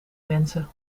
mensen